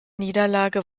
niederlage